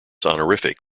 honorific